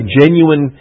genuine